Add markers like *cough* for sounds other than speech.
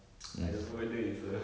*noise* I don't know whether it's a